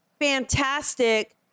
fantastic